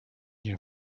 nie